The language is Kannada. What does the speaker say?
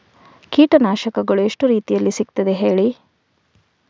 ಕೀಟನಾಶಕಗಳು ಎಷ್ಟು ರೀತಿಯಲ್ಲಿ ಸಿಗ್ತದ ಹೇಳಿ